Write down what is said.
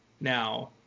now